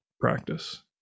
practice